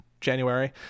January